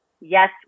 Yes